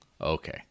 Okay